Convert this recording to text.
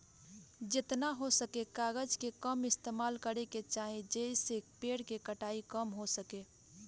जेतना हो सके कागज के कम इस्तेमाल करे के चाही, जेइसे पेड़ के कटाई कम हो सके